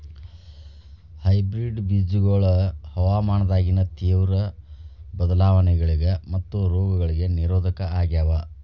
hybrid ಬೇಜಗೊಳ ಹವಾಮಾನದಾಗಿನ ತೇವ್ರ ಬದಲಾವಣೆಗಳಿಗ ಮತ್ತು ರೋಗಗಳಿಗ ನಿರೋಧಕ ಆಗ್ಯಾವ